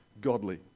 godly